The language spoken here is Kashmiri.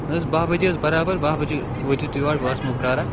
نہ حظ بہہ بجے حٕظ بَرابَر بہہ بجے وٲتِو تُہۍ یور بہٕ آسمو پیاران